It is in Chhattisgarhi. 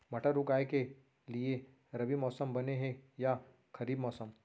मटर उगाए के लिए रबि मौसम बने हे या खरीफ मौसम?